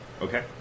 Okay